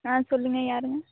ஆ சொல்லுங்கள் யாருங்கள்